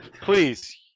Please